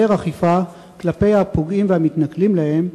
אכיפה כלפי הפוגעים והמתנכלים להם.